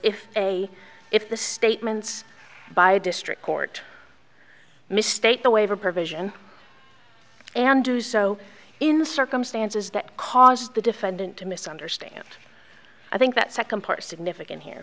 if a if the statements by a district court mistake the waiver provision and do so in the circumstances that caused the defendant to misunderstand i think that second part is significant here